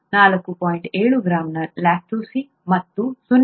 7 gram lactose ಮತ್ತು 0